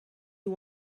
you